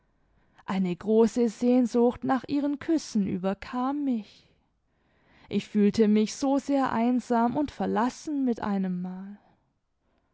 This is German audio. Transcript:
eine große sehnsucht nach ihren küssen überkam mich ich fühlte mich so sehr einsam und verlassen mit einemmal